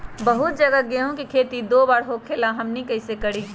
बहुत जगह गेंहू के खेती दो बार होखेला हमनी कैसे करी?